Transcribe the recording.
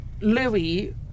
Louis